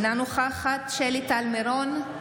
אינה נוכחת שלי טל מירון,